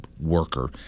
worker